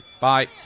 Bye